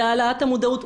בהעלאת המודעות,